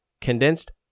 condensed